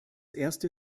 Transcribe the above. erste